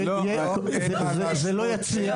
זה לא יצליח